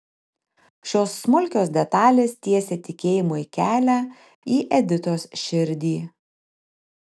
šios smulkios detalės tiesė tikėjimui kelią į editos širdį